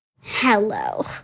Hello